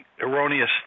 erroneous